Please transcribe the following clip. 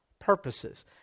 purposes